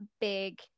big